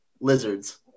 lizards